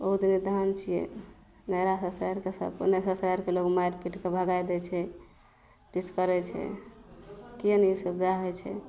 बहुत निर्धन छिए नहिरा ससुराइरिके सबकोइ ओन्ने ससुराइरिके लोक मारि पीटिके भगै दै छै किछु करै छै के नहि सबजाहै छै